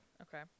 Okay